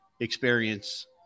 experience